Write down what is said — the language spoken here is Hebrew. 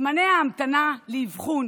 זמני ההמתנה לאבחון